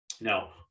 Now